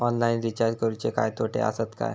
Online recharge करुचे काय तोटे आसत काय?